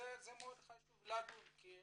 מאוד חשוב לדון בזה, כי